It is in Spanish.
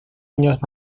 años